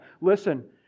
Listen